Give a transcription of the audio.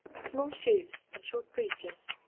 small shoes and short breeches,